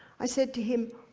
i said to him,